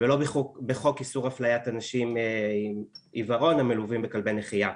ולא בחוק איסור הפליית אנשים עם עיוורון המלווים בכלבי נחייה.